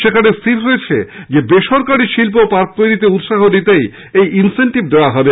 সেখানে স্হির হয়েছে বেসরকারি শিল্পপার্ক তৈরিতে উৎসাহ দিতেই এই বিশেষ সুবিধা দেওয়া হবে